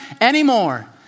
anymore